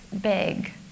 big